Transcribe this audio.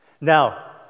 Now